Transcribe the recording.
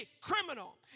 criminal